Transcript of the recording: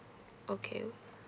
okay